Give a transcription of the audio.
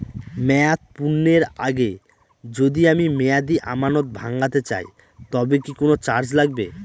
মেয়াদ পূর্ণের আগে যদি আমি মেয়াদি আমানত ভাঙাতে চাই তবে কি কোন চার্জ লাগবে?